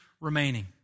remaining